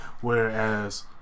Whereas